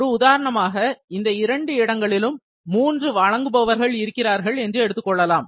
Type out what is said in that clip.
ஒரு உதாரணமாக இந்த 2 இடங்களிலும் 3 வழங்குபவர்கள் இருக்கிறார்கள் என்று எடுத்துக்கொள்ளலாம்